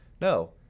no